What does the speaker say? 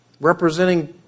representing